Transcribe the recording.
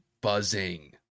buzzing